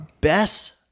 best